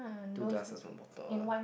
two glasses or bottle